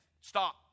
Stop